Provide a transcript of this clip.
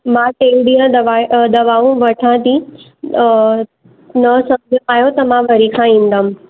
मां टे ॾींहं दवा दवाऊं वठां थी न सम्झ आहियो त मां वरी खां ईंदमि